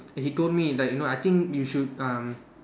he told me like you know I think you should um